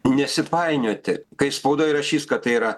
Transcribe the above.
nesipainioti kai spaudoj rašys kad tai yra